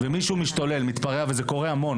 ומישהו מתפרע ומשתולל.